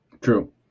True